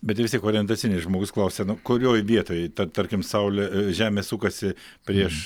bet vis tiek orientaciniai žmogus klausia nu kurioj vietoj ta tarkim saulė žemė sukasi prieš